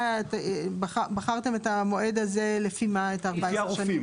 לפי מה בחרתם את המועד של 14 שנה?